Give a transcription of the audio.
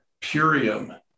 purium